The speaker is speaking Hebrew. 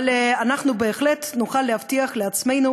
אבל אנחנו בהחלט נוכל להבטיח לעצמנו